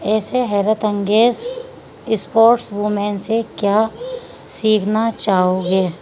ایسے حیرت انگیز اسپورٹس وومین سے کیا سیکھنا چاہو گے